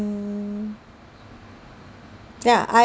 mm yah I